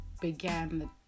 began